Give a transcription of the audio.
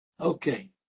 Okay